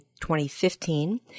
2015